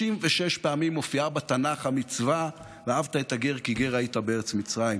36 פעמים מופיעה בתנ"ך המצווה ואהבת את הגר כי גר היית בארץ מצרים.